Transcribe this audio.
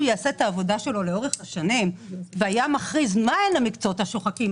יעשה את העבודה שלו לאורך השנים והיה מכריז מה הם המקצועות השוחקים,